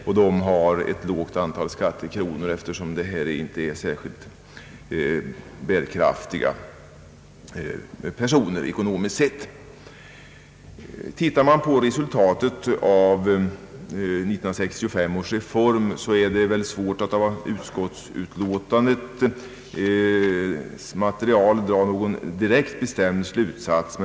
De har ju också ett lågt antal skattekronor, eftersom pensionärerna inte är särskilt bärkraftiga ekonomiskt sett. Tittar man på resultatet av 1965 års reform är det svårt att av utskottets material dra någon mer bestämd slutsats.